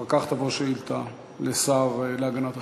אחר כך תבוא שאילתה לשר להגנת הסביבה.